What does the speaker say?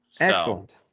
Excellent